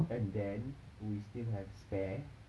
and then we still have spare